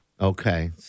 Okay